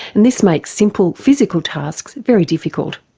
and this makes simple physical tasks very difficult.